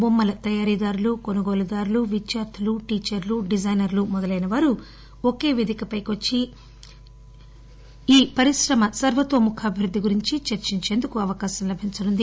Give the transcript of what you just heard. బొమ్మల తయారీదారులు కొనుగోలుదారులు విద్యార్థులు టీచర్లు డిజైనర్లు మొదలైనవారు ఒకే పేదికపైకి వచ్చి ఈ పరిశ్రమ సర్వతోముఖాభివృద్దికి గురించి చర్చించేందుకు అవకాశం లభించనుంది